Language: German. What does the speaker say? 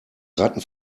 ratten